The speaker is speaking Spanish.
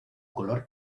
color